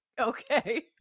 okay